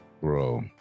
bro